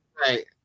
Right